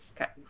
Okay